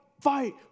fight